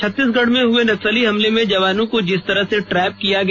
छत्तीसगढ़ में हुए नक्सली हमले में जवानों को जिस तरह से ट्रैप किया गया